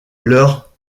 leurs